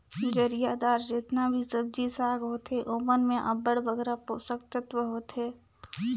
जरियादार जेतना भी सब्जी साग होथे ओमन में अब्बड़ बगरा पोसक तत्व होथे